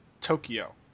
Tokyo